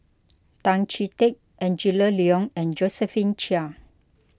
Tan Chee Teck Angela Liong and Josephine Chia